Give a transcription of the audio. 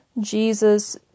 jesus